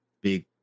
big